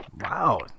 Wow